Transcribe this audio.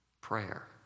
prayer